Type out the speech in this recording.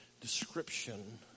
description